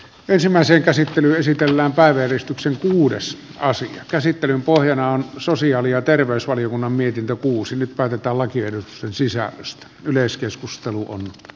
ensimmäisen käsittely esitellään päiväjärjestyksen kuudes aseen käsittelyn pohjana on sosiaali ja terveysvaliokunnan mietintö kuusi ny kartalla kierroksen sisällöstä yleiskeskusteluun nyt